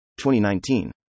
2019